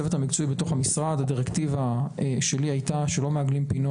עמרי מדבר כאן על הגעה ל-22 שעות בבית החולים.